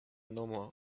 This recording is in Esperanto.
nomo